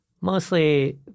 Mostly